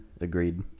Agreed